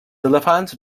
elefants